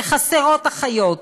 חסרות אחיות,